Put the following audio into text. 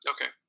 Okay